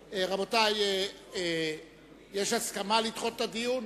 רבותי, יש הסכמה לדחות את הדיון?